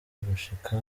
gushika